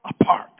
apart